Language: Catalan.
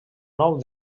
nou